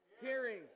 hearing